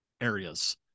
areas